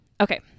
Okay